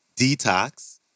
Detox